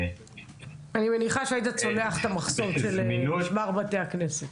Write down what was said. אני מניחה שהיית צולח את המחסום של משמר בתי הכנסת.